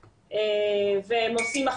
גבוהים.